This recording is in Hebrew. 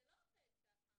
זה לא עובד ככה.